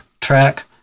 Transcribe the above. track